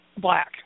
Black